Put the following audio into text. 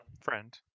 Friend